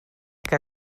que